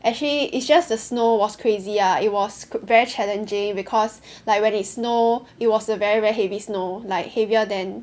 actually it's just the snow was crazy ah it was very challenging because like when it snow it was a very very heavy snow like heavier than